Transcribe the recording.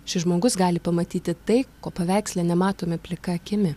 šis žmogus gali pamatyti tai ko paveiksle nematome plika akimi